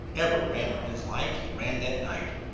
ever ran in his life he ran that night.